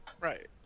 Right